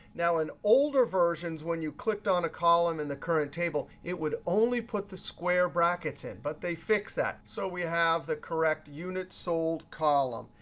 now, in older versions, when you clicked on a column in the current table, it would only put the square brackets in. but they fixed that. so we have the correct unitssold column.